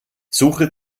suche